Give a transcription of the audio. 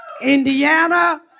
Indiana